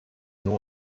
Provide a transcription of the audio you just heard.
nur